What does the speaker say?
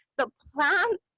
the plants,